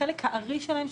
החלק הארי שלהם,